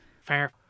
Fair